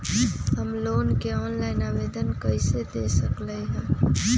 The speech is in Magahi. हम लोन के ऑनलाइन आवेदन कईसे दे सकलई ह?